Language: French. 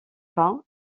pas